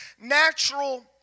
natural